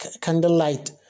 candlelight